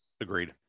Agreed